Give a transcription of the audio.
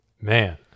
Man